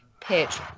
pitch